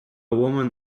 woman